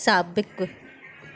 साबिक़ु